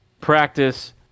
practice